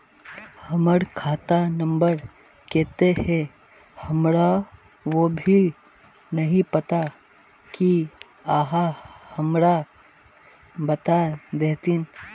हमर खाता नम्बर केते है हमरा वो भी नहीं पता की आहाँ हमरा बता देतहिन?